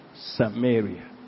Samaria